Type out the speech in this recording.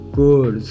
good